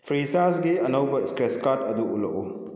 ꯐ꯭ꯔꯤꯆꯥꯔꯖꯒꯤ ꯑꯅꯧꯕ ꯏꯁꯀ꯭ꯔꯦꯁ ꯀꯥꯔꯠ ꯑꯗꯨ ꯎꯠꯂꯛꯎ